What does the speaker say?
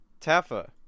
Taffa